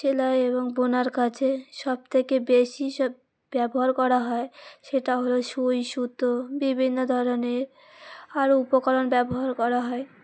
সেলাই এবং বোনার কাছে সবথেকে বেশি সব ব্যবহার করা হয় সেটা হলো সূচ সুতো বিভিন্ন ধরনের আরও উপকরণ ব্যবহার করা হয়